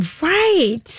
Right